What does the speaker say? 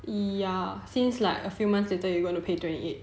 ya since like a few months later you gonna pay twenty eight